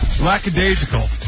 lackadaisical